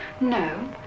No